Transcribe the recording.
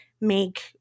make